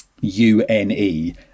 U-N-E